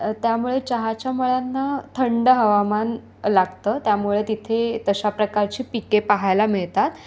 त्यामुळे चहाच्या मळ्यांना थंड हवामान लागतं त्यामुळे तिथे तशा प्रकारची पिके पाहायला मिळतात